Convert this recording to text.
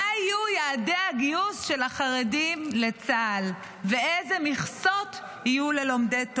מה יהיו יעדי הגיוס של החרדים לצה"ל ואיזה מכסות יהיו ללומדי תורה.